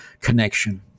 connection